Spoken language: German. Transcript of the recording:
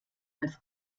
als